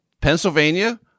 Pennsylvania